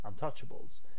untouchables